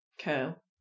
curl